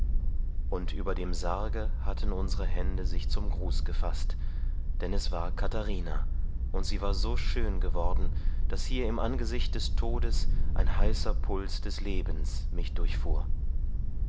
und über dem sarge hatten unsere hände sich zum gruß gefaßt denn es war katharina und sie war so schön geworden daß hier im angesicht des todes ein heißer puls des lebens mich durchfuhr